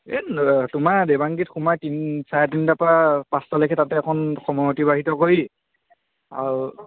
এই তোমাৰ দেৱাংগীত সোমাই তিন চাৰে তিনিটাৰ পৰা পাঁচটালৈকে তাতে অকণ সময় অতিবাহিত কৰি আৰু